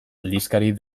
aldizkari